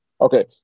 Okay